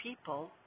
people